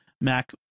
Mac